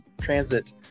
transit